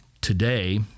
today